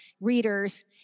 readers